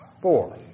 Four